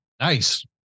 Nice